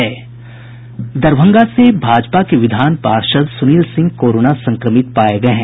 दरभंगा से भाजपा से विधान पार्षद सुनील सिंह कोरोना संक्रमित पाये गये हैं